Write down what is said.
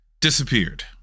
Disappeared